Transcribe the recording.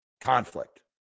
conflict